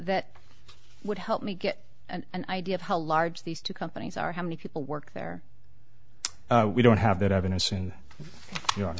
that would help me get an idea of how large these two companies are how many people work there we don't have that evidence in you